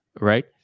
right